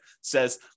says